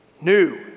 new